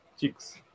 chicks